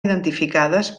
identificades